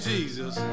Jesus